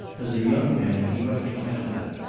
as a young man he went to canada.